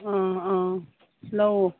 ꯑꯥ ꯑꯥ ꯑꯧ